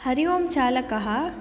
हरि ओम् चालकः